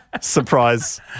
surprise